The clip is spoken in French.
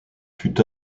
fut